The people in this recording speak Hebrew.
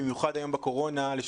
במיוחד היום בקורונה,